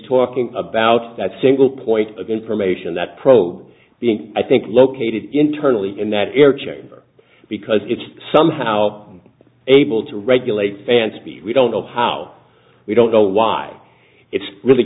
talking about that single point of information that probe the i think located internally in that air chamber because it's somehow able to regulate and speed we don't know how we don't know why it's really